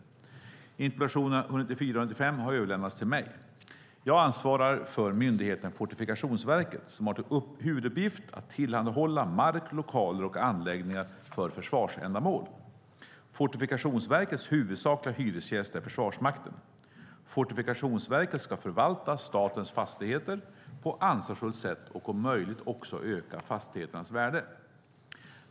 Interpellationerna 2012/13:194 och 195 har överlämnats till mig. Jag ansvarar för myndigheten Fortifikationsverket som har till huvuduppgift att tillhandahålla mark, lokaler och anläggningar för försvarsändamål. Fortifikationsverkets huvudsakliga hyresgäst är Försvarsmakten. Fortifikationsverket ska förvalta statens fastigheter på ansvarsfullt sätt och om möjligt också öka fastigheternas värde.